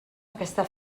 aquesta